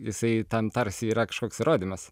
jisai tam tarsi yra kažkoks įrodymas